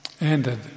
ended